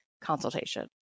consultation